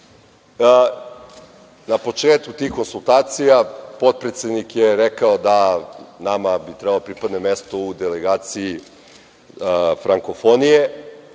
početku tih konsultacija potpredsednik je rekao da nama bi trebalo da pripadne mesto u delegaciji Frankofonije,